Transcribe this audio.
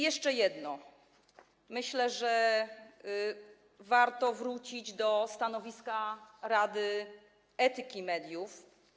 Jeszcze jedno: myślę, że warto wrócić do stanowiska Rady Etyki Mediów.